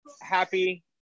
happy